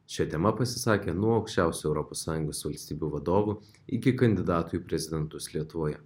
šia tema pasisakė nuo aukščiausių europos sąjungos valstybių vadovų iki kandidatų į prezidentus lietuvoje